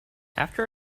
after